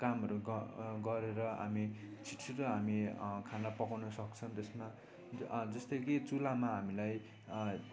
कामहरू ग गरेर हामी छिट्छिटो हामी खाना पकाउनु सक्छौँ त्यसमा जस्तै कि चुलामा हामीलाई